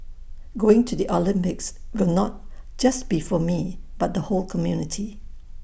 going to the Olympics will not just be for me but the whole community